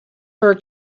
her